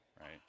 right